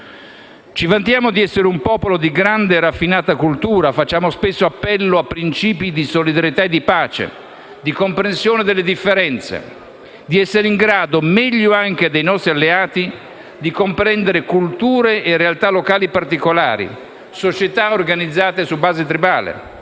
Ci vantiamo di essere un popolo di grande e raffinata cultura, facciamo spesso appello a principi di solidarietà e di pace, di comprensione delle differenze; di essere in grado, meglio anche dei nostri alleati, di comprendere culture e realtà locali particolari, società organizzate su base tribale;